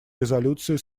резолюции